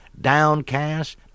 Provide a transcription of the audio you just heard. downcast